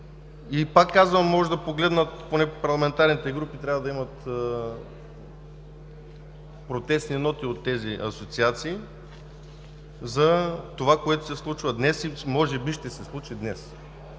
Пак казвам, колегите могат да погледнат – поне парламентарните групи трябва да имат протестни ноти от тези асоциации за това, което се случва днес или може би ще се случи.